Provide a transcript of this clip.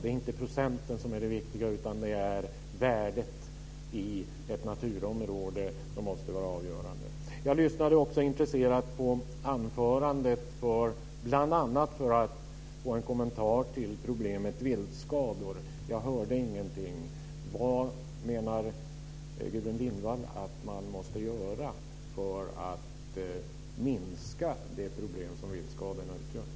Det är inte procenten som är det viktiga, utan det är värdet i ett naturområde som måste vara avgörande. Jag lyssnade också intresserat på anförandet, bl.a. för att få en kommentar till problemet med viltskador. Jag hörde ingenting om det. Vad menar Gudrun Lindvall att man måste göra för att minska de problem som viltskadorna utgör?